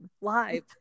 Live